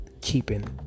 Keeping